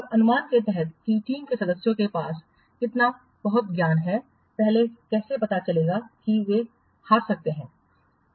तब अनुमान के तहत कि टीम के सदस्यों के पास कितना बहुत ज्ञान मौजूद है पहले कैसे पता चलेगा कि कैसे हार सकते हैं